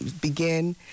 begin